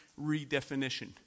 redefinition